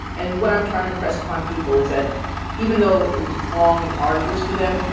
and what i'm trying to impress upon people is that even though it was long and arduous for them,